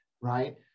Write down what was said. right